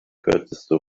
kürzeste